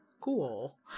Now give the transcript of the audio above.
Cool